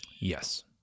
Yes